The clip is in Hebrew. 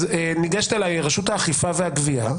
אז ניגשת אלי רשות האכיפה והגבייה,